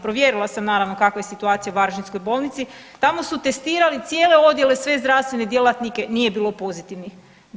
Provjerila sam, naravno, kakva je situacija u varaždinskoj bolnici, tamo su testirali cijele odjele, sve zdravstvene djelatnike, nije bilo pozitivnih.